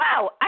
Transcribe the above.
wow